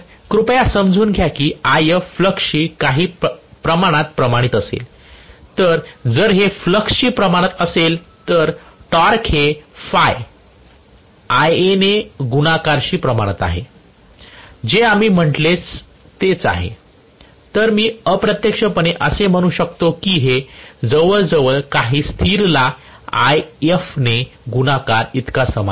कृपया समजून घ्या की IF फ्लक्सशी काही प्रमाणात प्रमाणित असेल तर जर हे फ्लक्सशी प्रमाणित असेल तर टॉर्क हे Phi Ia ने गुणाकार शी प्रमाणित आहे जे आम्ही म्हटले तेच आहे तर मी अप्रत्यक्षपणे असे म्हणू शकते की हे जवळजवळ काही स्थिर ला IF ने गुणाकार इतका समान आहे